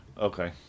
Okay